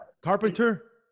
carpenter